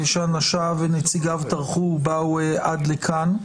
שאנשיו ונציגיו טרחו ובאו עד לכאן.